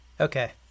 Okay